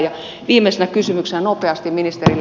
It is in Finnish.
ja viimeisenä kysymyksenä nopeasti ministerille